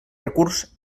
recurs